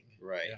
right